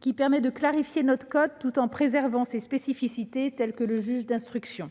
qui permet de clarifier notre code tout en préservant ses spécificités, par exemple l'existence du juge d'instruction.